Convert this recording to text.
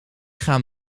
gaan